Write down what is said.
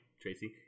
Tracy